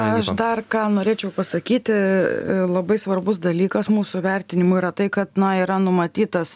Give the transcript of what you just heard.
aš dar ką norėčiau pasakyti labai svarbus dalykas mūsų vertinimu yra tai kad na yra numatytas